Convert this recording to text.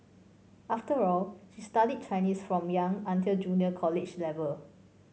after all she studied Chinese from young until junior college level